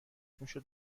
میشد